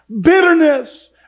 Bitterness